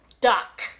duck